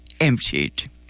emptied